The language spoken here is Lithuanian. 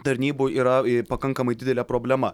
tarnybų yra pakankamai didelė problema